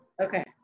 Okay